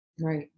Right